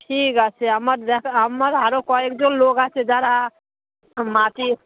ঠিক আছে আমার দেখ আমার আরও কয়েকজন লোক আছে যারা মাটির